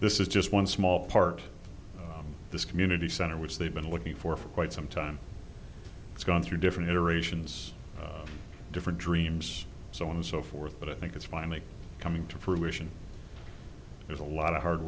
this is just one small part of this community center which they've been looking for for quite some time it's gone through different iterations different dreams so on and so forth but i think it's finally coming to fruition there's a lot of hard